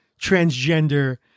transgender